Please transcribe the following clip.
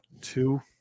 two